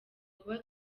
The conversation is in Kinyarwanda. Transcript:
kuba